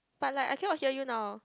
but like I cannot hear you now